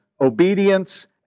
obedience